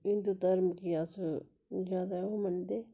हिन्दू धरम गी अस ज्यादा मन्नदे